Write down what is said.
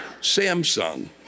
Samsung